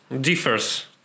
differs